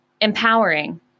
empowering